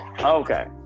Okay